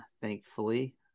thankfully